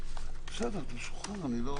לו בדיונים שיימשכו שנתיים.